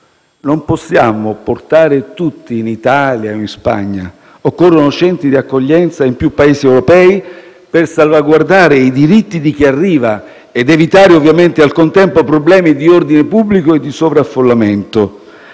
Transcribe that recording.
non possiamo portare tutti in Italia o in Spagna; occorrono centri di accoglienza in più Paesi europei per salvaguardare i diritti di chi arriva ed evitare ovviamente, al contempo, problemi di ordine pubblico e di sovraffollamento.